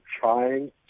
trying